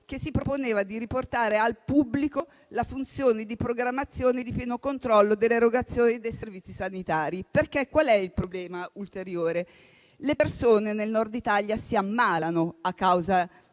che si proponeva di riportare al pubblico la funzione di programmazione e di pieno controllo dell'erogazione dei servizi sanitari. Il problema ulteriore è che le persone nel Nord Italia si ammalano a causa